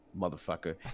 motherfucker